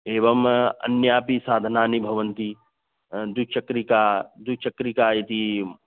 एवम् अन्यापि साधनानि भवन्ति द्विचक्रिका द्विचक्रिका इति